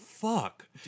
fuck